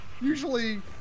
usually